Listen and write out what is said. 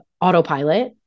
autopilot